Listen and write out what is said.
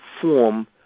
form